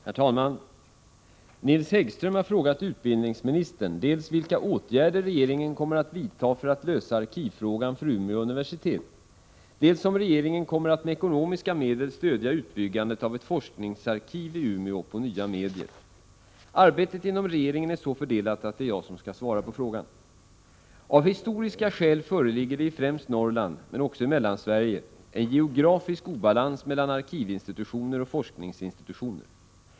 Herr talman! Nils Häggström har frågat utbildningsministern dels vilka åtgärder regeringen kommer att vidta för att lösa arkivfrågan för Umeå universitet, dels om regeringen kommer att med ekonomiska medel stödja utbyggandet av ett forskningsarkiv i Umeå på nya medier. Arbetet inom regeringen är så fördelat att det är jag som skall svara på frågan. Av historiska skäl föreligger det i främst Norrland — men också i Mellansverige — en geografisk obalans mellan arkivinstitutioner och forskningsinstitutioner.